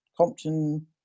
Compton